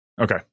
Okay